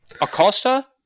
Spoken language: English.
Acosta